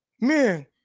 man